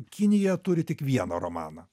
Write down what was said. kinija turi tik vieną romaną